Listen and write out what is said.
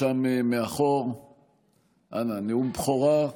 ובבקשה, שם, מאחור, אנא, נאום בכורה.